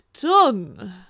done